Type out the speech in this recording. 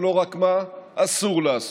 ולא רק מה אסור לעשות.